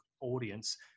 audience